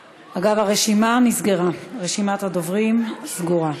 אגב, רשימת הדוברים סגורה.